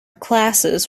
classes